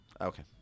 Okay